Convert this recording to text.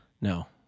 No